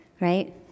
right